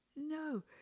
No